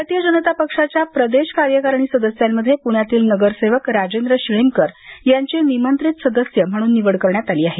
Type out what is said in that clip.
भारतीय जनता पक्षाच्या प्रदेश कार्यकारणी सदस्यांमध्ये पुण्यातील नगरसेवक राजेंद्र शिळीमकर यांची निमंत्रित सदस्य म्हणून निवड करण्यात आली आहे